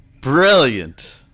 Brilliant